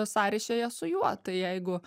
sąryšyje su juo tai jeigu